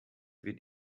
wird